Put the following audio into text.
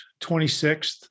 26th